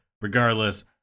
regardless